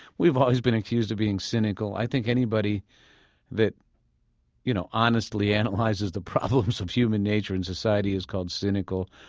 we've always been accused of being cynical. i think anybody that you know honestly analyzes the problems of human nature in society is called cynical.